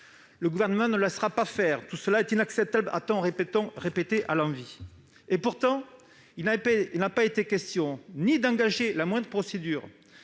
Le Gouvernement ne laissera pas faire »,« Tout cela est inacceptable », a-t-on répété à l'envi. Et pourtant, il n'a été question ni d'engager la moindre procédure